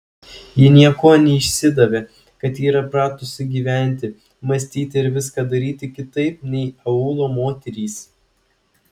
ji niekuo neišsidavė kad yra pratusi gyventi mąstyti ir viską daryti kitaip nei aūlo moterys